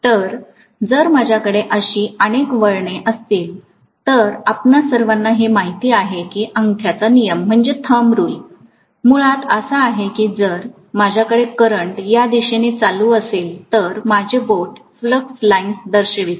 तर जर माझ्याकडे अशी अनेक वळणे असतील तर आपणा सर्वांना हे माहित आहे की अंगठाचा नियम मुळात असा आहे की जर माझ्याकडे करंट या दिशेने चालू असेल तर माझे बोट फ्लक्स लाइन्स दर्शवते